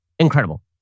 incredible